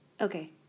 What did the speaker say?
Okay